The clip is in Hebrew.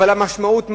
אבל המשמעות,